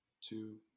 two